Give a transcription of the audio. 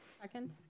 Second